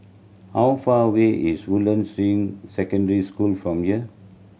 how far away is Woodlands Ring Secondary School from here